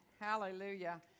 hallelujah